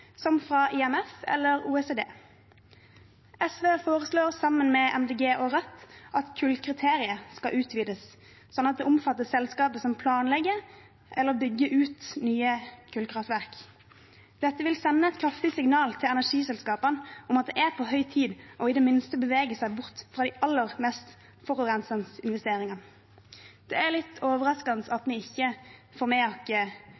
som fra IMF eller OECD. SV foreslår sammen med Miljøpartiet De Grønne og Rødt at kullkriteriet skal utvides slik at det omfatter selskaper som bygger eller planlegger å bygge ut nye kullkraftverk. Dette vil sende et kraftig signal til energiselskapene om at det er på høy tid i det minste å bevege seg bort fra de aller mest forurensende investeringene. Det er litt overraskende at vi ikke får med